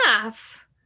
enough